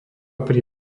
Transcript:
pri